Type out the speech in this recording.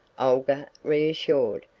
olga reassured,